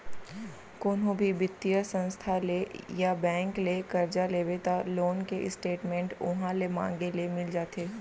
कोनो भी बित्तीय संस्था ले या बेंक ले करजा लेबे त लोन के स्टेट मेंट उहॉं ले मांगे ले मिल जाथे